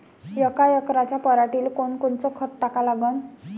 यका एकराच्या पराटीले कोनकोनचं खत टाका लागन?